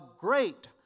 great